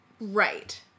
Right